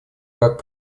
как